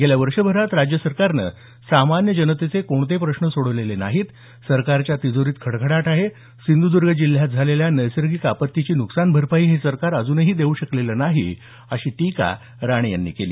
गेल्या वर्षभरात राज्य सरकारनं सामान्य जनतेचे कोणतेच प्रश्न सोडवले नाहीत सरकारच्या तिजोरीत खडखडाट आहे सिंध्दर्ग जिल्ह्यात झालेल्या नैसर्गिक आपत्तीची नुकसान भरपाई हे सरकार अजूनही देऊ शकलेलं नाही अशी टीका राणे यांनी केली